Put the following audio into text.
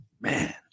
man